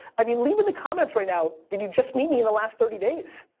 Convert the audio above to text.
i mean leave in the comments right now, did you just meet me in the last thirty days?